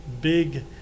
big